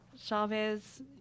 Chavez